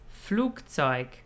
Flugzeug